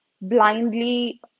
blindly